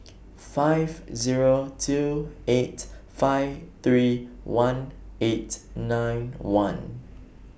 five Zero two eight five three one eight nine one